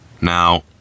Now